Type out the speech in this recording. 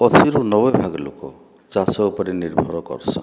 ଅଶୀରୁ ନବେ ଭାଗ ଲୋକ ଚାଷ ଉପରେ ନିର୍ଭର କର୍ସନ୍